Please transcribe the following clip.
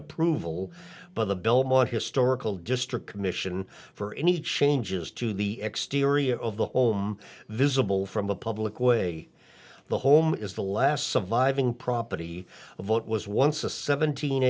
approval by the belmont historical district commission for any changes to the exterior of the home visible from a public way the home is the last surviving property of what was once a seventeen